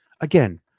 again